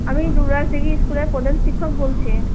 আমি দুলালদিঘি স্কুলের প্রধান শিক্ষক বলছি